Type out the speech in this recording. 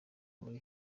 muri